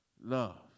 love